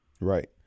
right